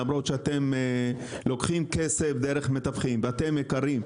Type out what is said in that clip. למרות שאתם לוקחים כסף דרך מתווכים ואתם יקרים,